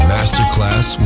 Masterclass